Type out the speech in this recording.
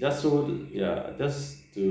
just so ya just to